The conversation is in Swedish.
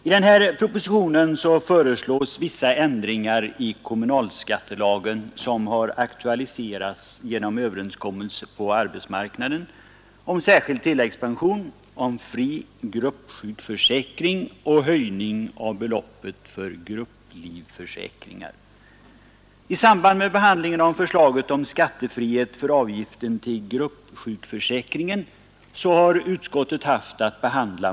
I denna proposition föreslås vissa ändringar i kommunalskattelagen som aktualiserats genom överenskommelser på arbetsmarknaden om särskild tilläggspension, fri gruppsjukförsäkring och höjning av beloppet för grupplivförsäkringar.